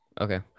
Okay